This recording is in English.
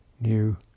new